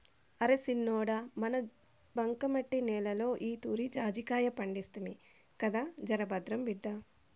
అరే సిన్నోడా మన బంకమట్టి నేలలో ఈతూరి జాజికాయ పంటేస్తిమి కదా జరభద్రం బిడ్డా